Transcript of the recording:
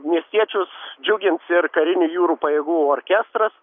miestiečius džiugins ir karinių jūrų pajėgų orkestras